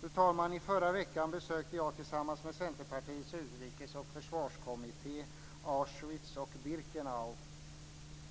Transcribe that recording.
Fru talman! I förra veckan besökte jag tillsammans med Centerpartiets utrikes och försvarskommitté Auschwitz och Birkenau.